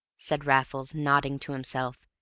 said raffles, nodding to himself,